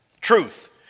Truth